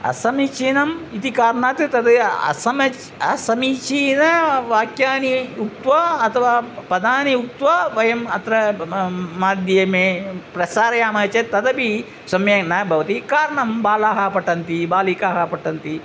असमीचीनम् इति कारणात् तद् असमे असमीचीनवाक्यानि उक्त्वा अथवा पदानि उक्त्वा वयम् अत्र माध्यमे प्रसारयामः चेत् तदपि सम्यक् न भवति कारणं बालाः पठन्ति बालिकाः पठन्ति